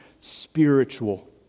spiritual